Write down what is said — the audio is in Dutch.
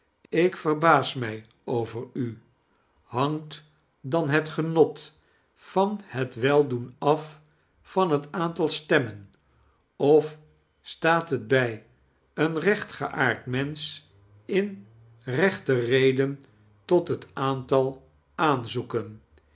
ik verbaas mij over u hangt dan het genot van het weldoen af van het aa ntal stemmen of staat het bq een rechtgeaard mensch in rechte reden tot het aantal aanzoeken